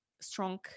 strong